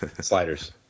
Sliders